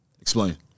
explain